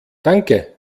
danke